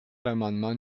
l’amendement